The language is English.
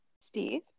Steve